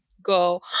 go